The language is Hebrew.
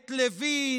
את לוין,